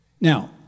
Now